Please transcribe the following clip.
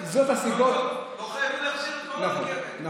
נכון.